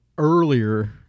Earlier